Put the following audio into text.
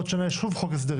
בעוד שנה יש שוב חוק הסדרים,